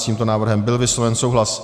S tímto návrhem byl vysloven souhlas.